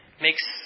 makes